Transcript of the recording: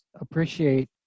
appreciate